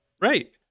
right